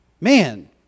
man